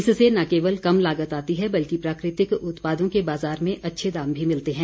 इससे न केवल कम लागत आती है बल्कि प्राकृतिक उत्पादों के बाजार में अच्छे दाम भी मिलते हैं